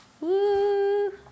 Woo